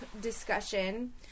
discussion